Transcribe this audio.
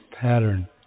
pattern